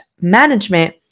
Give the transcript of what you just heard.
management